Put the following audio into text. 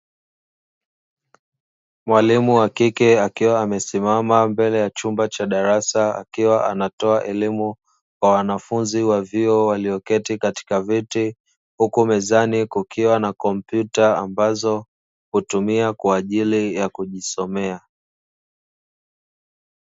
Mwalimu wa kike akiwa amesimama mbele ya chumba cha darasa akiwa anatoa elimu kwa wanafunzi wa vyuo walioketi katika viti huku mezani kukiwa na kompyuta ambazo hutumia kwa ajili ya kujisomea.